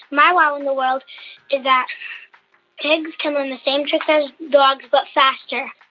my wow in the world is that pigs can learn the same tricks as dogs but faster